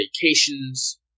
vacations